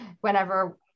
whenever